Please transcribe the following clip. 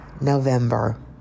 November